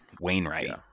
Wainwright